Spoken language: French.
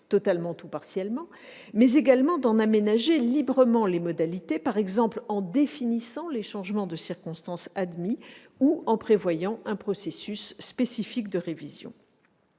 totalement ou partiellement, mais également d'en aménager librement les modalités, par exemple en définissant les changements de circonstances admis ou en prévoyant un processus spécifique de révision.